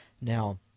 Now